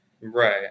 Right